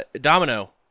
Domino